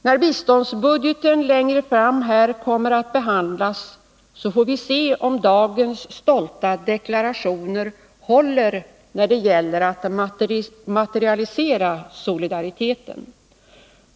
När biståndsbudgeten kommer att behandlas här längre fram får vi se om dagens stolta deklarationer håller när det gäller att materialisera solidariteten.